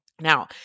Now